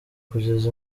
kugeza